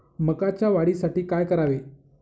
मकाच्या वाढीसाठी काय करावे?